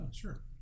sure